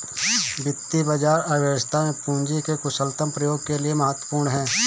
वित्तीय बाजार अर्थव्यवस्था में पूंजी के कुशलतम प्रयोग के लिए महत्वपूर्ण है